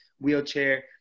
wheelchair